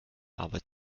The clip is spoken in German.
arbeit